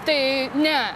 tai ne